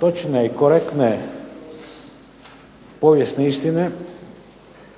točne i korektne povijesne istine